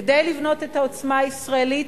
כדי לבנות את העוצמה הישראלית,